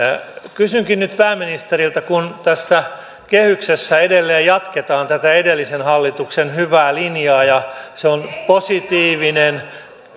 kysynkin nyt pääministeriltä kun tässä kehyksessä edelleen jatketaan tätä edellisen hallituksen hyvää linjaa ja se on positiivinen